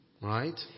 right